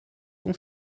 sont